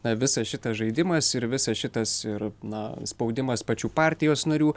na visas šitas žaidimas ir visas šitas ir na spaudimas pačių partijos narių